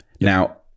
now